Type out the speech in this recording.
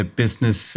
business